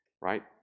right